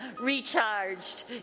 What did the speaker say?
Recharged